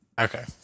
Okay